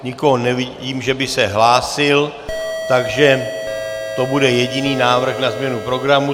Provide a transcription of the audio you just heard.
Nikoho nevidím, že by se hlásil, takže to bude jediný návrh na změnu programu.